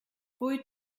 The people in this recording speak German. pfui